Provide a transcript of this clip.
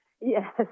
Yes